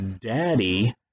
Daddy